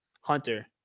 Hunter